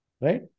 Right